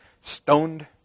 stoned